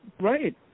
Right